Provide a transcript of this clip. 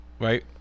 Right